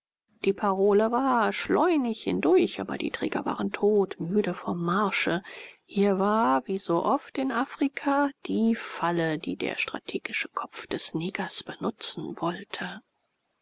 die parole war schleunig hindurch aber die träger waren todmüde vom marsche hier war wie so oft in afrika die falle die der strategische kopf des negers benutzen wollte